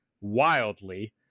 wildly